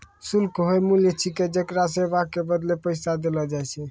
शुल्क हौअ मूल्य छिकै जेकरा सेवा के बदले पैसा देलो जाय छै